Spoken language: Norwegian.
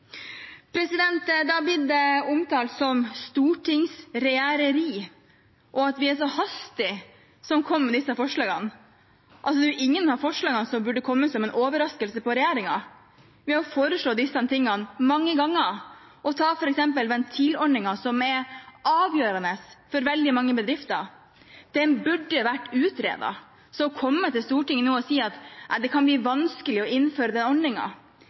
Det har blitt omtalt som stortingsregjereri og at vi er så hastige som kommer med disse forslagene. Det er ingen av forslagene som burde komme som en overraskelse på regjeringen. Vi har foreslått disse tingene mange ganger. Ta f.eks. ventilordningen, som er avgjørende for veldig mange bedrifter. Den burde vært utredet. Så å komme til Stortinget nå og si at nei, det kan bli vanskelig å innføre den